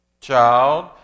child